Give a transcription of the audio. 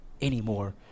anymore